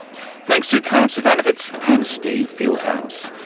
thanks to karin zsivanovits and steve fieldhouse.